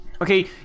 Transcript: Okay